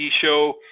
show